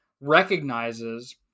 recognizes